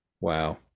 Wow